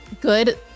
good